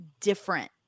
different